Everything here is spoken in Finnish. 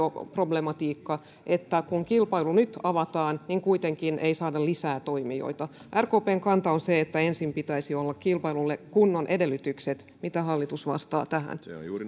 problematiikka että kun kilpailu nyt avataan niin kuitenkaan ei saada lisää toimijoita rkpn kanta on se että ensin pitäisi olla kilpailulle kunnon edellytykset mitä hallitus vastaa tähän